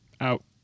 Out